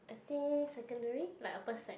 I think secondary like upper sec